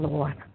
Lord